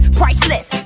priceless